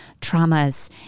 traumas